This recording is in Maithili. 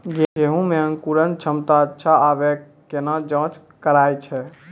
गेहूँ मे अंकुरन क्षमता अच्छा आबे केना जाँच करैय छै?